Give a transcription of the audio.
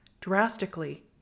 drastically